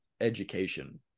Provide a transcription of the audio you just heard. education